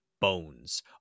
Bones